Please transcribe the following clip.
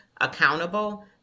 accountable